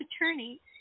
attorney